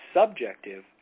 subjective